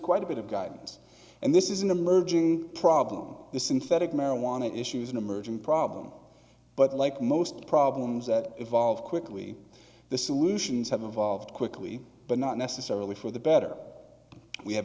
quite a bit of guidance and this is an emerging problem the synthetic marijuana issues an emerging problem but like most problems that evolve quickly the solutions have evolved quickly but not necessarily for the better we have